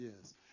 yes